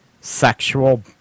sexual